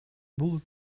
бул